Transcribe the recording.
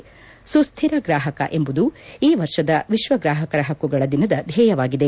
ಸುಕ್ಕಿರ ಗ್ರಾಹಕ ಎಂಬುದು ಈ ವರ್ಷದ ವಿಶ್ವ ಗ್ರಾಹಕರ ಹಕ್ಕುಗಳ ದಿನದ ಧ್ಯೇಯವಾಗಿದೆ